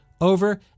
over